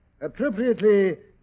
appropriately